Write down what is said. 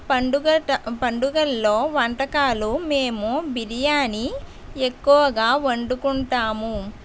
పండుగ పండుగల్లో వంటకాలు మేము బిరియాని ఎక్కువగా వండుకుంటాము